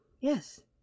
Yes